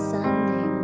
Sunday